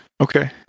Okay